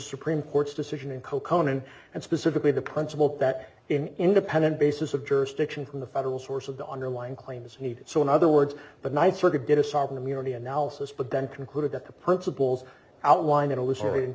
supreme court's decision in co conan and specifically the principle that independent basis of jurisdiction from the federal source of the underlying claims need so in other words but nicer to get a sovereign immunity analysis but then concluded that the principles outlined it was already in